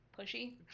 pushy